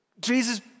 Jesus